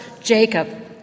Jacob